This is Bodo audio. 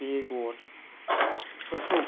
बेगरफोरखौ